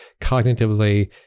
cognitively